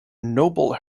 noble